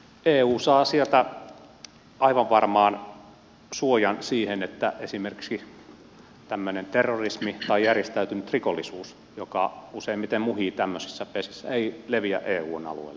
eu saa sieltä aivan varmaan suojan siihen että esimerkiksi tämmöinen terrorismi tai järjestäytynyt rikollisuus joka useimmiten muhii tämmöisissä pesissä ei leviä eun alueelle